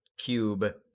cube